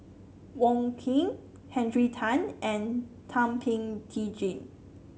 Wong Keen Henry Tan and Thum Ping Tjin